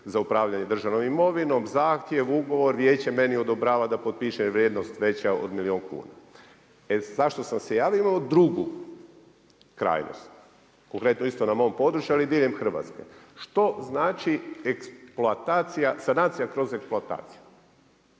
prema DUUDI-u, zahtjev, ugovor, vijeće meni odobrava da potpišem vrijednost veća od milijun kuna. … /Govornik se ne razumije./ … drugu krajnost konkretno isto na mom području, ali i diljem Hrvatske. Što znači sanacija kroz eksploataciju,